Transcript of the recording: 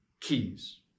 keys